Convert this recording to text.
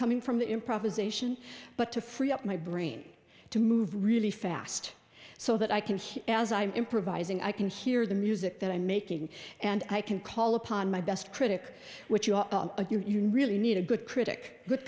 coming from the improvisation but to free up my brain to move really fast so that i can hear as i'm improvising i can hear the music that i'm making and i can call upon my best critic which you are you really need a good critic good